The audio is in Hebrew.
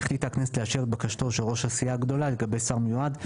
החליטה הכנסת לאשר את בקשתו של ראש הסיעה הגדולה לגבי שר מיועד,